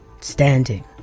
standing